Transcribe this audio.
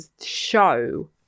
show